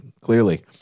clearly